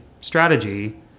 strategy